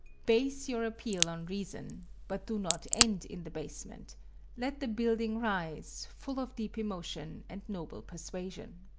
base your appeal on reason, but do not end in the basement let the building rise, full of deep emotion and noble persuasion.